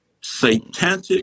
Satanic